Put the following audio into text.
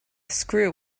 screw